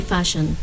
Fashion